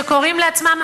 שקוראים לעצמם,